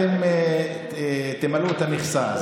אתם תמלאו את המכסה.